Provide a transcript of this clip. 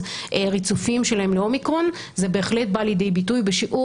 ריצופים שלהם לאומיקרון זה בהחלט בא לידי ביטוי בשיעור